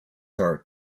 are